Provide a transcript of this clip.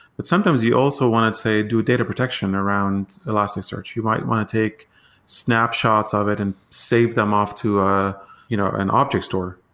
but sometimes you also want to say do data protection around elasticsearch. you might want to take snapshots of it and save them off to ah you know an object store.